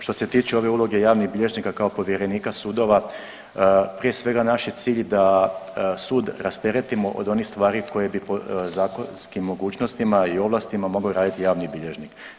Što se tiče ove uloge javnih bilježnika kao povjerenika sudova, prije svega naš je cilj da sud rasteretimo od onih stvari koje bi zakonskim mogućnostima i ovlastima mogli raditi javni bilježnik.